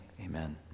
amen